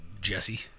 Jesse